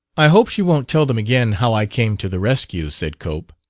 i hope she won't tell them again how i came to the rescue, said cope.